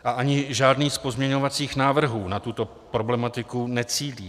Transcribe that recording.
A ani žádný z pozměňovacích návrhů na tuto problematiku necílí.